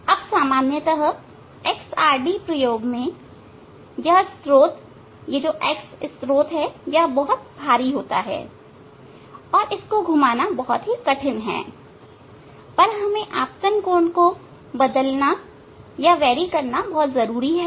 अबसामान्यतः X R D प्रयोग में यह स्त्रोत X स्त्रोत बहुत भारी है और इस स्त्रोत को घुमाना बहुत ही कठिन है पर हमें आपतन कोण को बदलना जरूरी है